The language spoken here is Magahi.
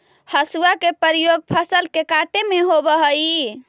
हसुआ के प्रयोग फसल के काटे में होवऽ हई